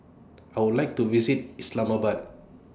I Would like to visit Islamabad